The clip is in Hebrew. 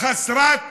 חסרת מעש.